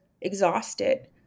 exhausted